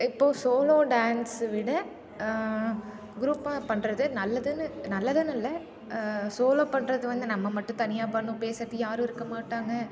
இப்போது solo dance விட குரூப்பாக பண்ணுறது நல்லதுன்னு நல்லதுன்னு இல்லை சோலோ பண்ணுறது வந்து நம்ம மட்டும் தனியாக பண்ணணும் பேசுகிறதுக்கு யாரும் இருக்க மாட்டாங்க